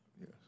Yes